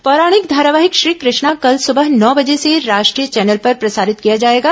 पौराणिक धारावाहिक श्री कृष्णा कल सुबह नौ बजे से राष्ट्रीय चैनल पर प्रसारित किया जाएगा